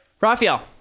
Raphael